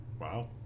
Wow